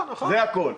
זה הכול.